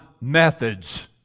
methods